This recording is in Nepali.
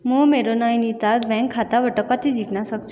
म मेरो नैनिताल ब्याङ्क खाताबाट कति झिक्न सक्छु